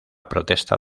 protesta